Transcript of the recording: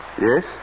Yes